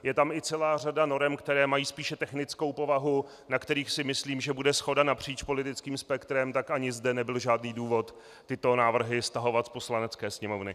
Je tam i celá řada norem, které mají spíše technickou povahu, na kterých si myslím, že bude shoda napříč politickým spektrem, tak ani zde nebyl žádný důvod tyto návrhy stahovat z Poslanecké sněmovny.